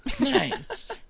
Nice